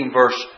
verse